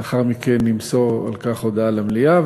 לאחר מכן נמסור על כך הודעה למליאה,